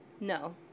No